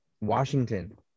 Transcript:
washington